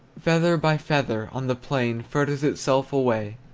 feather by feather, on the plain fritters itself away!